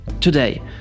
Today